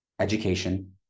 Education